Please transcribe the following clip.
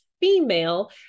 female